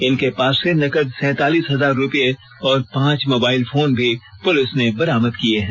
इनके पास से नकद सैंतालीस हजार रुपए और पांच मोबाइल फोन भी पुलिस ने बरामद किए हैं